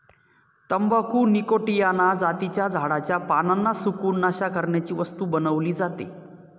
तंबाखू निकॉटीयाना जातीच्या झाडाच्या पानांना सुकवून, नशा करण्याची वस्तू बनवली जाते